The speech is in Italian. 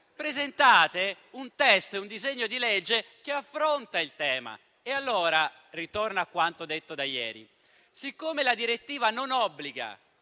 presentato un disegno di legge che affronta il tema. Ritorno allora a quanto detto ieri: siccome la direttiva non obbliga